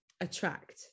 attract